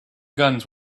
guns